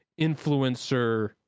influencer